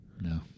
No